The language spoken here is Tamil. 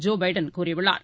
ஜோபைடன் கூறியுள்ளார்